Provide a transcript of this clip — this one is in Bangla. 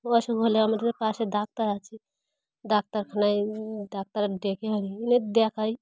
অশুখ হলে আমাদের পাশে ডাক্তার আছে ডাক্তারখানায় ডাক্তাররা ডেকে আনি এনে দেখাই